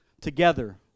Together